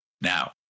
Now